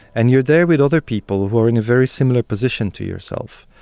and you're there with other people who are in a very similar position to yourself.